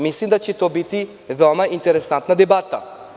Mislim da će to biti veoma interesantna debata.